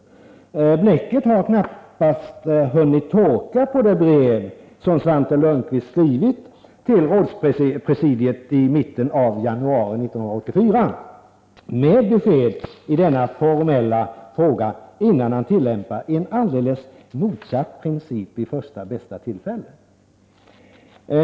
Bläcket har knappt hunnit torka på det brev som Svante Lundkvist skrivit till rådspresidiet i mitten av januari 1984 med besked i denna formella fråga innan han tillämpar en alldeles motsatt princip vid första bästa tillfälle.